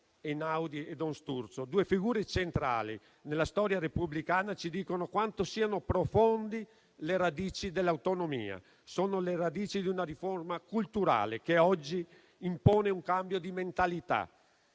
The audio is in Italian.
Einaudi e don Sturzo, due figure centrali nella storia repubblicana, ci dicono quanto siano profonde le radici dell'autonomia. Sono le radici di una riforma culturale, che oggi impone un cambio di mentalità.